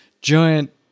giant